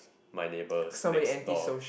my neighbours next door